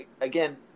again